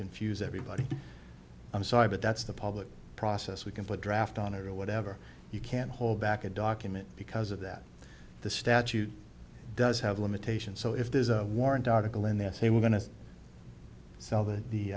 confuse everybody i'm sorry but that's the public process we can put draft on or whatever you can hold back a document because of that the statute does have limitations so if there's a warrant article and they say we're going to sell